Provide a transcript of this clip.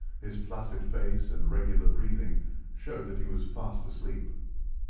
his placid face and regular breathing showed that he was fast asleep.